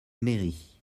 mairie